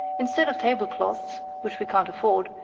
instead of tablecloths, which we can't afford,